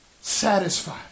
Satisfied